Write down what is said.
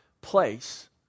place